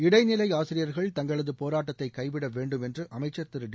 இடைநிலை ஆசியர்கள் தங்களது போராட்டத்தை கைவிட வேண்டும் என்று அமைச்சர் திரு டி